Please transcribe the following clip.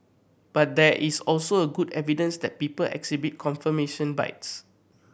but there is also a good evidence that people exhibit confirmation bias